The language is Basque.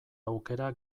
aukera